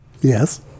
Yes